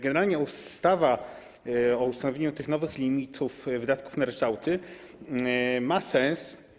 Generalnie ustawa o ustanowieniu tych nowych limitów wydatków na ryczałty ma sens.